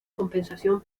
compensación